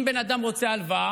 אם בן אדם רוצה הלוואה,